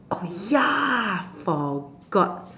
oh ya forgot